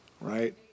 right